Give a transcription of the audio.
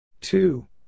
Two